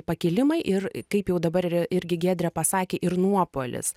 pakilimai ir kaip jau dabar yra irgi giedrė pasakė ir nuopuolis